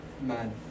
man